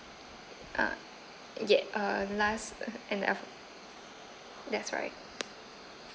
uh ya uh last that's right